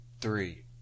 three